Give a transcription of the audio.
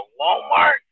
Walmart